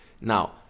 Now